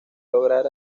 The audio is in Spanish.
lograr